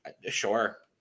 Sure